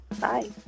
Bye